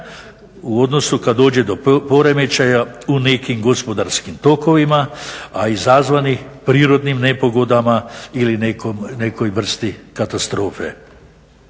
u odnosu kada dođe do poremećaja u nekim gospodarskim tokovima, a izazvanih prirodnim nepogodama ili nekoj vrsti katastrofe.